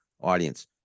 audience